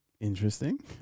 Interesting